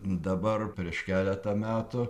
dabar prieš keletą metų